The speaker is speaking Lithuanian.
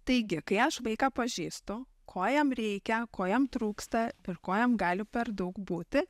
taigi kai aš vaiką pažįstu ko jam reikia ko jam trūksta ir ko jam gali per daug būti